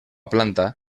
planta